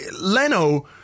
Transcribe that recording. Leno